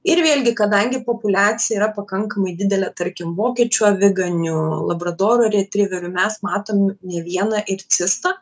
ir vėlgi kadangi populiacija yra pakankamai didelė tarkim vokiečių aviganių labradoro retriverių mes matom ne vieną ir cistą